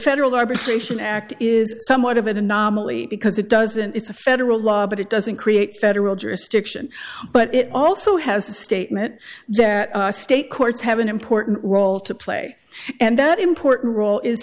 federal arbitration act is somewhat of an anomaly because it doesn't it's a federal law but it doesn't create federal jurisdiction but it also has a statement that state courts have an important role to play and that important role is